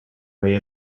way